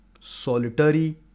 solitary